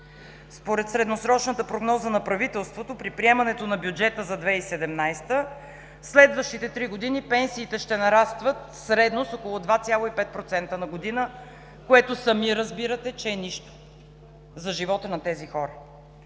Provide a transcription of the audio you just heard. Според средносрочната прогноза на правителството при приемането на бюджета за 2017 г. в следващите три години пенсиите ще нарастват средно с около 2,5% на година, което сами разбирате, че е нищо за живота на тези хора.